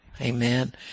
Amen